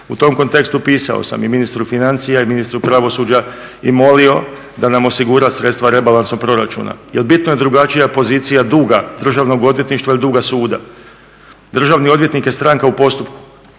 U tom kontekstu pisao sam i ministru financija i ministru pravosuđa i molio da nam osigura sredstva rebalansom proračuna, jer bitno je drugačija pozicija duga Državnog odvjetništva ili duga suda. Državni odvjetnik je stranka u postupku.